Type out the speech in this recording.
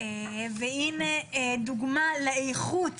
והנה דוגמה לאיכות